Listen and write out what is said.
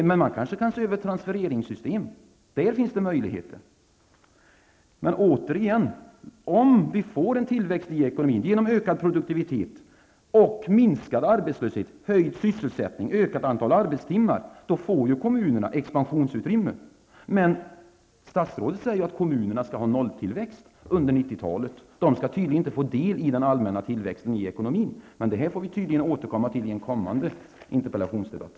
Man kanske kan se över transfereringssystem, för där finns det möjligheter. Återigen: Om vi får en tillväxt i ekonomin genom ökad produktivitet, minskad arbetslöshet, höjd sysselsättning och ökat antal arbetstimmar får kommunerna expansionsutrymme. Men statsrådet säger att kommunerna skall ha nolltillväxt under 90-talet. De skall tydligen inte få del av den allmänna tillväxten i ekonomin. Det här får vi tydligen återkomma till i en kommande interpellationsdebatt.